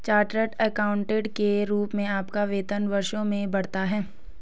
chartered accountant के रूप में आपका वेतन वर्षों में बढ़ता है